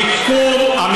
המיקום 12 שנים של עבדות.